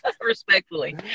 Respectfully